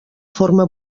forma